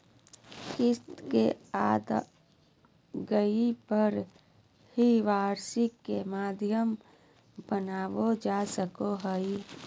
किस्त के अदायगी पर ही वार्षिकी के माध्यम बनावल जा सको हय